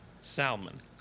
salmon